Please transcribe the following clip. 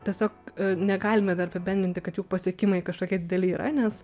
tiesiog negalime dar apibendrinti kad jų pasiekimai kažkokie dideli yra nes